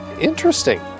interesting